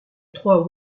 trois